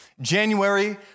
January